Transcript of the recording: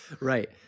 right